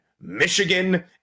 Michigan